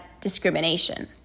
discrimination